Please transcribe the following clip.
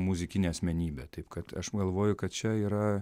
muzikinę asmenybę taip kad aš galvoju kad čia yra